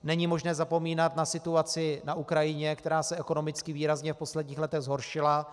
Není možné zapomínat na situaci na Ukrajině, která se ekonomicky výrazně v posledních letech zhoršila.